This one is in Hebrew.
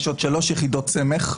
יש עוד שלוש יחידות סמך: